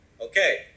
okay